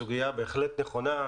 סוגיה בהחלט נכונה.